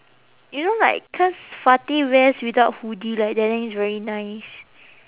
you know like cause fati wears without hoodie like that then it's very nice